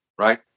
right